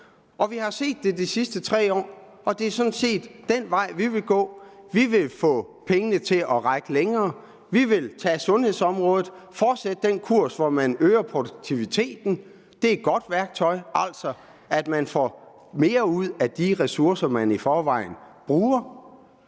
er. Vi har set det de sidste 3 år, og det er sådan set den vej, vi vil gå. Vi vil få pengene til at række længere. Vi vil tage sundhedsområdet, fortsætte den kurs, hvor man øger produktiviteten, det er et godt værktøj, så man altså får mere ud af de ressourcer, man i forvejen bruger.